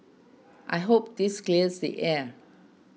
I hope this clears the air